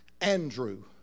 Andrew